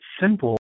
simple